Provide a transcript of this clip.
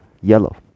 yellow